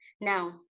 now